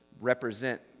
represent